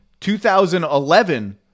2011